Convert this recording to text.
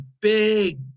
big